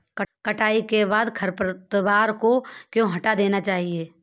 कटाई के बाद खरपतवार को क्यो हटा देना चाहिए?